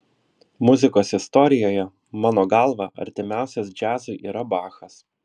muzikos istorijoje mano galva artimiausias džiazui yra bachas